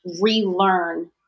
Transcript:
relearn